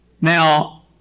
Now